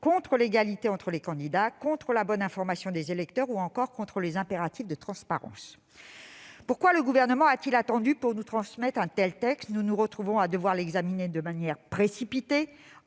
scrutins, d'égalité entre les candidats, de bonne information des électeurs ou encore des impératifs de transparence. Pourquoi le Gouvernement a-t-il attendu pour nous transmettre ces textes ? Nous nous retrouvons à devoir les examiner de manière précipitée